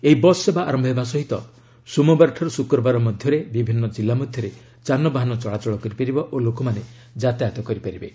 ଏହି ବସ୍ ସେବା ଆରମ୍ଭ ହେବା ସହିତ ସୋମବାରଠାରୁ ଶୁକ୍ରବାର ମଧ୍ୟରେ ବିଭିନ୍ନ ଜିଲ୍ଲା ମଧ୍ୟରେ ଯାନବାହନ ଚଳାଚଳ କରିପାରିବ ଓ ଲୋକମାନେ ଯାତାୟାତ କରିପାରିବେ